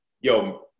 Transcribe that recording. yo